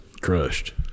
Crushed